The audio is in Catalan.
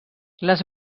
les